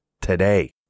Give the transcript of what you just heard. today